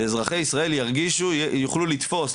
שאזרחי ישראל יוכלו לתפוס,